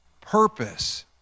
Purpose